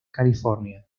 california